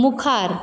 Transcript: मुखार